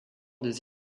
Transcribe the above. des